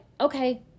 okay